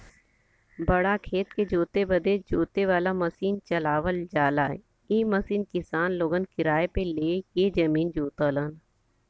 बड़ा खेत के जोते बदे जोते वाला मसीन चलावल जाला इ मसीन किसान लोगन किराए पे ले के जमीन जोतलन